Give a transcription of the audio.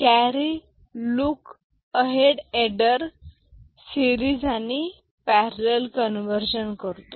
carry look ahead adder series आणि parallel conversion करतो